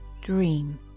dream